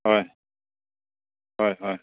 ꯍꯣꯏ ꯍꯣꯏ ꯍꯣꯏ